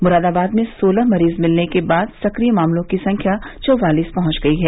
मुरादाबाद में सोलह मरीज मिलने के बाद सक्रिय मामलों की संख्या चौवालीस पहुंच गई है